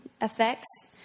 effects